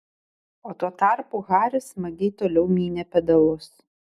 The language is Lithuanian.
o tuo tarpu haris smagiai toliau mynė pedalus